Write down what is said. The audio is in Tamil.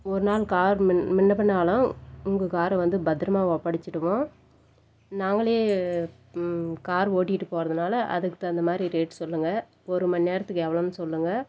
ஒரு நாள் கார் முன்னே பின்னே ஆகலாம் உங்கள் காரை வந்து பத்திரமா ஒப்படைச்சிருவோம் நாங்கள் கார் ஓட்டிகிட்டு போகிறதுனால அதுக்கு தகுந்தமாதிரி ரேட் சொல்லுங்க ஒருமணி நேரத்துக்கு எவ்வளோன்னு சொல்லுங்க